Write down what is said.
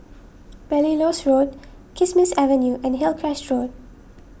Belilios Road Kismis Avenue and Hillcrest Road